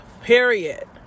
Period